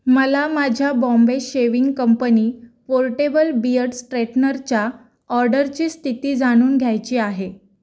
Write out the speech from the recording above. मला माझ्या Bombay shaving company portable beard स्ट्रेटनरच्या ऑर्डरची स्थिती जाणून घ्यायची आहे